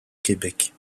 québec